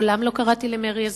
מעולם לא קראתי למרי אזרחי,